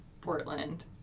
Portland